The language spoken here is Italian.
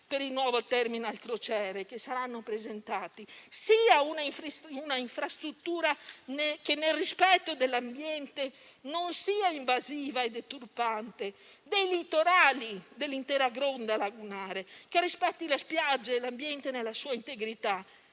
per il nuovo *terminal* crociere, che saranno presentati. Sì ad una infrastruttura che, nel rispetto dell'ambiente, non sia invasiva e deturpante dei litorali dell'intera gronda lagunare, che rispetti le spiagge e l'ambiente nella sua integrità,